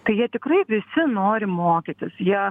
tai jie tikrai visi nori mokytis jie